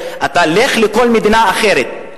לך לכל מדינה אחרת,